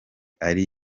ari